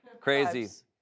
Crazy